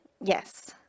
Yes